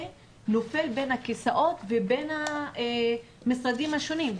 נופל בין הכיסאות ובין המשרדים השונים,